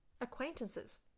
acquaintances